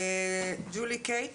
ג'ולי קייט